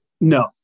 No